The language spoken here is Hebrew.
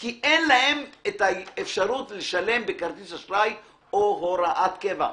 כי אין להם את האפשרות לשלם בכרטיס אשראי או הוראת קבע.